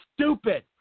stupid